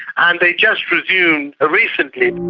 and they just resumed recently.